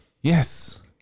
yes